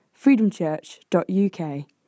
freedomchurch.uk